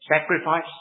Sacrifice